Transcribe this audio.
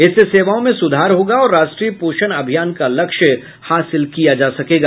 इससे सेवाओं में सुधार होगा और राष्ट्रीय पोषण अभियान का लक्ष्य हासिल किया जा सकेगा